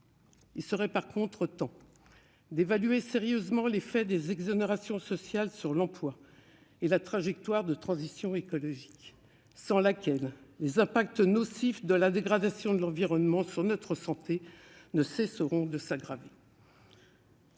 Il serait temps, en revanche, d'évaluer sérieusement l'effet des exonérations sociales sur l'emploi et la trajectoire de transition écologique, sans laquelle les effets nocifs de la dégradation de l'environnement sur notre santé ne cesseront de s'aggraver.